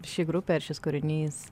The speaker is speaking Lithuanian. šį grupė ir šis kūrinys